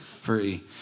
free